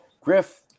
Griff